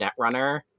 Netrunner